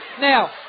Now